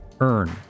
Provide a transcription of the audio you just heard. earn